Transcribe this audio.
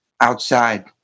outside